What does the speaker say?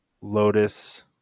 Lotus